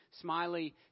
smiley